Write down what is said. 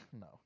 No